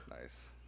Nice